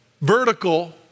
vertical